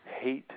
hate